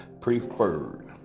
preferred